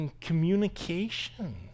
communication